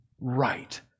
right